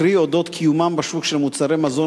קרי אודות קיומם בשוק של מוצרי מזון